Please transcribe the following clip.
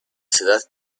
ciudad